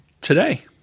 today